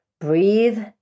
breathe